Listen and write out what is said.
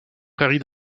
prairies